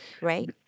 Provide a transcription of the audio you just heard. right